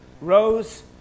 rose